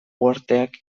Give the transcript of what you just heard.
uharteak